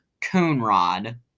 Coonrod